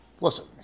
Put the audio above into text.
listen